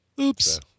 Oops